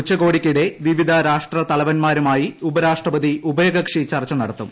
ഉച്ചകോടിക്കിടെ വിവിധ രാഷ്ട്രത്തലവന്മാരുമായി ഉപരാഷ്ട്രപതി ഉഭയകക്ഷി ചർച്ച നടത്തും